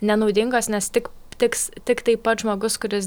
nenaudingos nes tik tiks tiktai pats žmogus kuris